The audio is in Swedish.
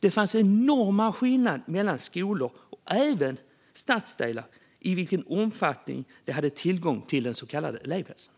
Det fanns enorma skillnader mellan skolor och även stadsdelar gällande i vilken omfattning elever hade tillgång till den så kallade elevhälsan.